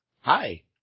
Hi